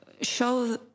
show